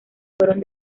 fueron